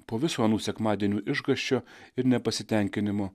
po visų anų sekmadienių išgąsčio ir nepasitenkinimo